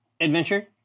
adventure